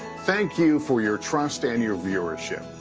thank you for your trust and your viewership.